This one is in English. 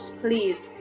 please